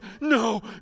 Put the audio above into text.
no